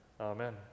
amen